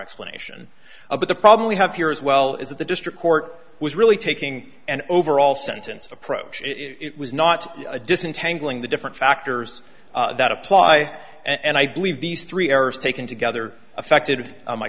explanation of the problem we have here as well is that the district court was really taking an overall sentence approach it was not a disentangling the different factors that apply and i believe these three errors taken together affected my